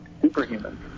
Superhuman